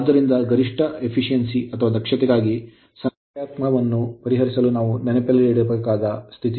ಆದ್ದರಿಂದ ಗರಿಷ್ಠ ದಕ್ಷತೆಗಾಗಿ ಸಂಖ್ಯಾತ್ಮಕವನ್ನು ಪರಿಹರಿಸಲು ನಾವು ನೆನಪಿನಲ್ಲಿಡಬೇಕಾದ ಸ್ಥಿತಿ ಇದು